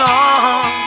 on